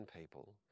people